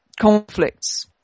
conflicts